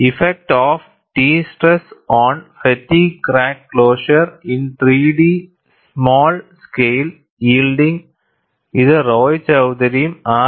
effect of T stress on fatigue crack closure in 3 D small scale yielding ഇത് റോയ്ചൌധരിയും R